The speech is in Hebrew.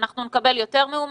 אנחנו נקבל יותר מאומתים?